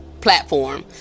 platform